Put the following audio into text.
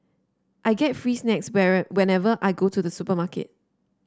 I get free snacks whenever I go to the supermarket